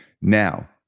Now